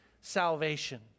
salvation